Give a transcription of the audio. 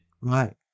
Right